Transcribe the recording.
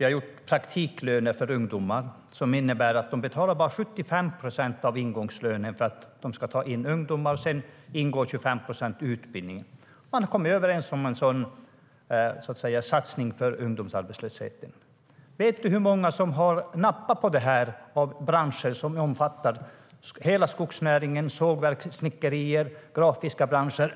har gjort upp om praktiklöner för ungdomar som innebär att arbetsgivare bara betalar 75 procent av ingångslönen när de tar in ungdomar. Sedan ingår 25 procent som utbildning. Man kom överens om en sådan satsning mot ungdomsarbetslösheten. Vet du hur många som har nappat på detta i branscher som omfattar hela skogsnäringen, sågverk, snickerier och grafiska branscher?